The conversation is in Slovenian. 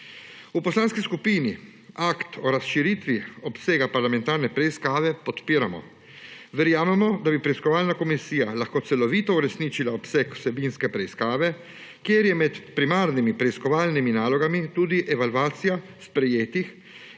V poslanski skupini akt o razširitvi obsega parlamentarne preiskave podpiramo. Verjamemo, da bi preiskovalna komisija lahko celovito uresničila obseg vsebinske preiskave, kjer je med primarnimi preiskovalnimi nalogami tudi evalvacija sprejetih